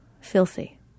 filthy